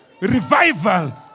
Revival